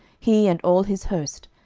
he, and all his host,